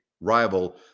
rival